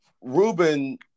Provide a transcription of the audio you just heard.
Ruben